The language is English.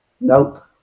Nope